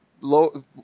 low